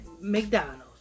McDonald's